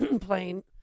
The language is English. playing